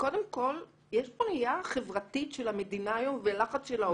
קודם כול יש פה ראייה חברתית של המדינה היום ולחץ של ההורים.